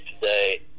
today